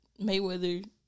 Mayweather